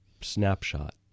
snapshot